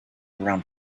around